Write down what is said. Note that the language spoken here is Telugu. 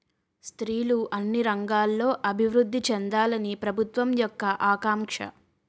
స్త్రీలు అన్ని రంగాల్లో అభివృద్ధి చెందాలని ప్రభుత్వం యొక్క ఆకాంక్ష